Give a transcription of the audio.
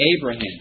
Abraham